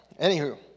anywho